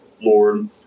Lord